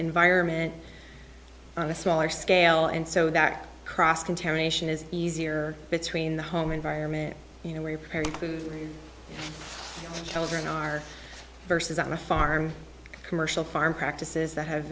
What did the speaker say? environment on a smaller scale and so that cross contamination is easier between the home environment you know where your parents and children are versus on a farm commercial farm practices that ha